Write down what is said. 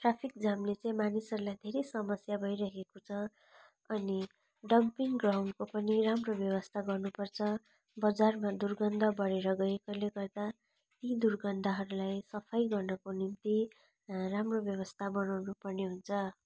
traffic जामले चाहिँ मानिसहरूलाई धेरै समस्या भइरहेको छ अनि डम्पिङ ग्राउन्डको पनि राम्रो व्यवस्था गर्नु पर्छ बजारमा दुर्गन्ध बढेर गएकोले गर्दा यी दुर्गन्धहरूलाई सफाइ गर्नको निम्ति राम्रो व्यवस्था बनाउनु पर्ने हुन्छ